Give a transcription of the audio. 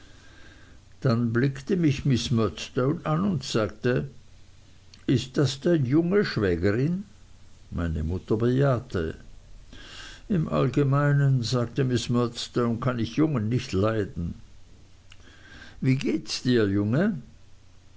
dann blickte mich miß murdstone an und sagte ist das dein junge schwägerin meine mutter bejahte im allgemeinen sagte miß murdstone kann ich jungen nicht leiden wie gehts dir junge